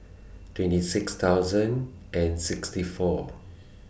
twenty six thousand and sixty four